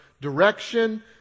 direction